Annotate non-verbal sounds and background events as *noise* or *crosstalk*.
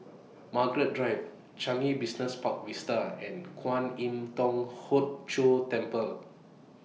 *noise* Margaret Drive Changi Business Park Vista and Kwan Im Thong Hood Cho Temple